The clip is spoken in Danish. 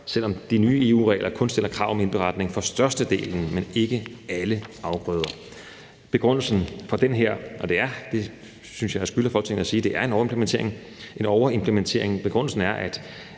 selv om de nye EU-regler kun stiller krav om indberetning for størstedelen, men ikke alle afgrøder. Begrundelsen for det – og jeg synes, jeg skylder Folketinget at sige, at det er en overimplementering – er, at